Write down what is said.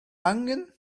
angen